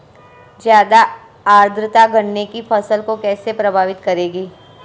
ज़्यादा आर्द्रता गन्ने की फसल को कैसे प्रभावित करेगी?